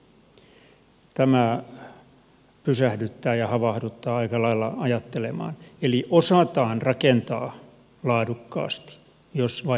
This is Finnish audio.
tämä pysähdyttää ja havahduttaa aika lailla ajattelemaan eli osataan rakentaa laadukkaasti jos vain halutaan